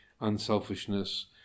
unselfishness